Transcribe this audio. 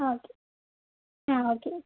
ആ ഓക്കെ ആ okay okay